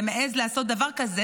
ומעז לעשות דבר כזה?